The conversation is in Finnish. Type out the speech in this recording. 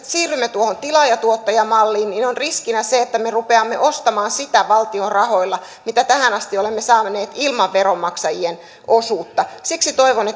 siirrymme tuohon tilaaja tuottaja malliin niin on riskinä se että me rupeamme ostamaan valtion rahoilla sitä mitä tähän asti olemme saaneet ilman veronmaksajien osuutta siksi toivon